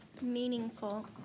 Meaningful